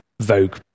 Vogue